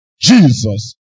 Jesus